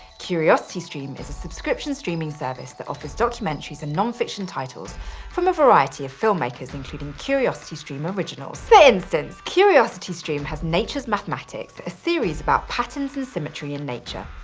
curiositystream is a subscription streaming service that offers documentaries and non-fiction titles from a variety of filmmakers, including curiositystream originals. for instance, curiositystream has nature's mathematics, mathematics, a series about patterns and symmetry in nature.